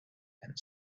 and